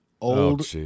Old